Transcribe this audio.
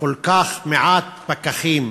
יש כל כך מעט פקחים,